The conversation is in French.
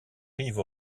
rive